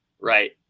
right